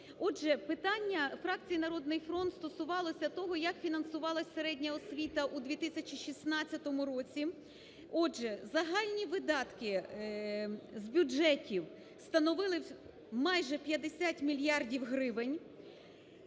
Отже, питання фракції "Народний фронт" стосувалося того, як фінансувалася середня освіта у 2016 році. Отже, загальні видатки з бюджетів становили майже 50 мільярдів гривень.